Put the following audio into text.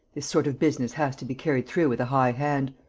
this sort of business has to be carried through with a high hand!